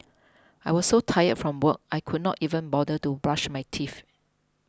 I was so tired from work I could not even bother to brush my teeth